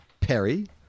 Perry